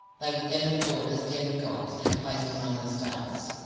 they were then adored as demi-gods, and placed among the stars.